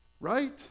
Right